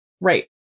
Right